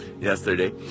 yesterday